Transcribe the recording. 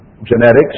genetics